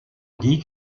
dit